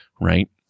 Right